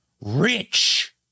Rich